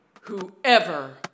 Whoever